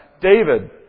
David